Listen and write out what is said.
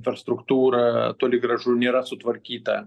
infrastruktūra toli gražu nėra sutvarkyta